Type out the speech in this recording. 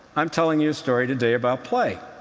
i'm telling you a story today about play.